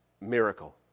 Miracle